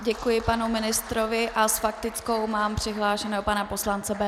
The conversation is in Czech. Děkuji panu ministrovi a s faktickou mám přihlášeného pana poslance Bendla.